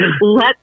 let